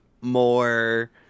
more